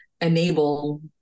enable